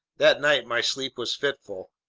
that night my sleep was fitful.